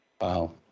Wow